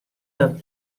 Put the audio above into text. have